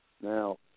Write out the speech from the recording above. Now